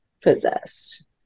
possessed